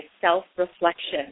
self-reflection